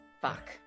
Fuck